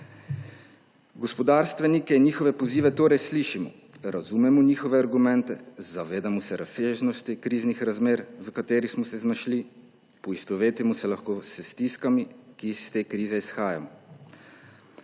Gospodarstvenike in njihove pozive torej slišimo, razumemo njihove argumente, zavedamo se razsežnosti kriznih razmer, v katerih smo se znašli, poistovetimo se lahko s stiskami, ki iz te krize izhajajo.